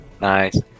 Nice